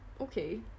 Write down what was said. okay